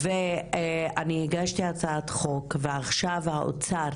ואני הגשתי הצעת חוק ועכשיו משרד האוצר